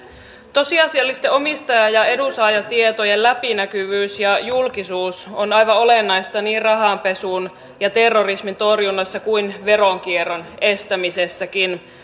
tosiasiallisesti omistaja ja edunsaajatietojen läpinäkyvyys ja julkisuus on aivan olennaista niin rahanpesun ja terrorismin torjunnassa kuin veronkierron estämisessäkin